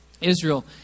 Israel